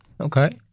Okay